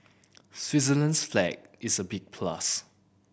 Switzerland's flag is a big plus